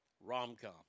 Rom-com